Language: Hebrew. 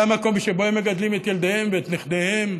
שזה המקום שבו הם מגדלים את ילדיהם ואת נכדיהם.